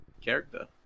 character